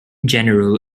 general